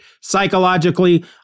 psychologically